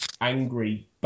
angry